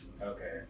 Okay